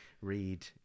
read